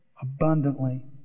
Abundantly